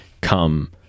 come